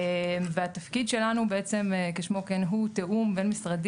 והתפקיד שלנו בעצם כשמו כן הוא תיאום בין משרדי